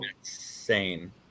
insane